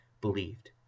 believed